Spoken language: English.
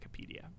Wikipedia